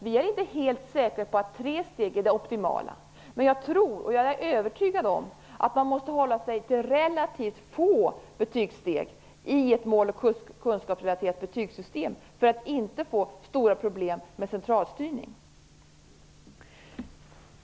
Vi är inte helt säkra på att tre steg är det optimala, men jag är övertygad om att man måste hålla sig till relativt få betygssteg i ett mål och kunskapsrelaterat betygssystem för att inte få stora problem med centralstyrning.